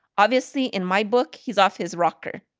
obviously, in my book, he's off his rocker.